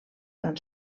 tan